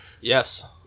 Yes